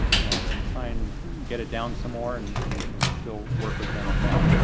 you know, try and get it down some more and, and, and and still work with them on that.